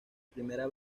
primera